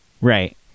Right